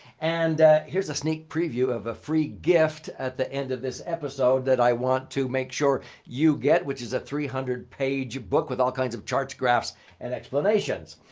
and here's a sneak preview of a free gift at the end of this episode that i want to make sure you get which is a three hundred page book with all kinds of charts graphs and explanations.